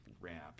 ramp